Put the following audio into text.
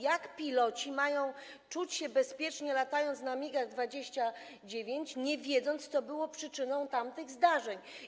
Jak piloci mają czuć się bezpiecznie, latając samolotami MiG-29, skoro nie wiedzą, co było przyczyną tamtych zdarzeń?